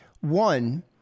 One